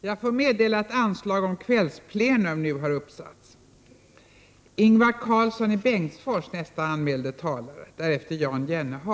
Jag får meddela att anslag nu har satts upp om att detta sammanträde skall fortsätta efter kl. 19.00.